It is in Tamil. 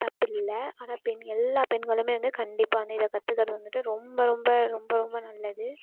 தப்பில்லை ஆனால் பெண் எல்லா பெண்களுமே வந்து கண்டிப்பாக வந்து இதை கற்றுக்கறது வந்துட்டு ரொம்ப ரொம்ப ரொம்ப ரொம்ப நல்லது